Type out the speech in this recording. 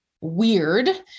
weird